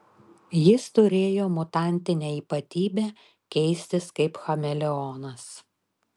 jis turėjo mutantinę ypatybę keistis kaip chameleonas